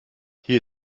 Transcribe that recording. hier